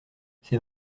c’est